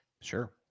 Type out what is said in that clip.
Sure